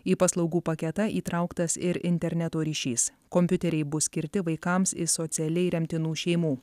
į paslaugų paketą įtrauktas ir interneto ryšys kompiuteriai bus skirti vaikams iš socialiai remtinų šeimų